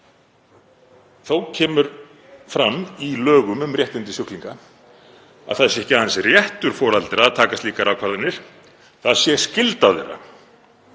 Þó kemur fram í lögum um réttindi sjúklinga að það sé ekki aðeins réttur foreldra að taka slíkar ákvarðanir, það sé skylda þeirra.